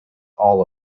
all